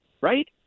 Right